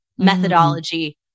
methodology